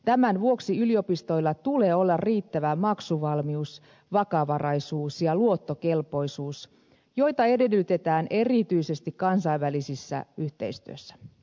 tämän vuoksi yliopistoilla tulee olla riittävä maksuvalmius vakavaraisuus ja luottokelpoisuus joita edellytetään erityisesti kansainvälisessä yhteistyössä